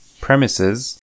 premises